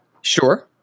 Sure